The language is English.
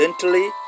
gently